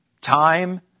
Time